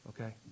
Okay